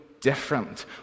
different